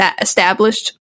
established